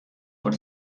por